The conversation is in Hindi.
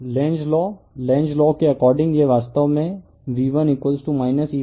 तो लेन्ज़ लॉ लेन्ज़ लॉ के अकॉर्डिंग यह वास्तव में V1 E1है